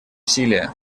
усилия